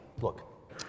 Look